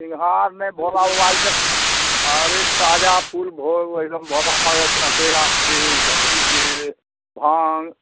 सिंघार नहि भोलाके तऽ अरे ताजा फूल एकदम भोला बाबाके चढ़तै आ धथुरके भाङ्ग